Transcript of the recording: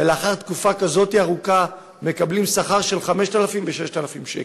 ולאחר תקופה כזאת ארוכה מקבלים שכר של 5,000 ו-6,000 שקל.